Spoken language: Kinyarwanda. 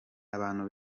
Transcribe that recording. abantu